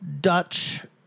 Dutch